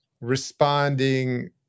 responding